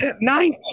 nine